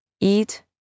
eat